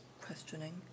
questioning